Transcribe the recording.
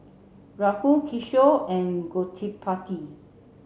Rahul Kishore and Gottipati